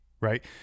right